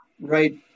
right